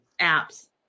apps